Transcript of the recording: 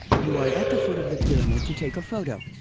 you are at the foot of the pyramid to take a photo.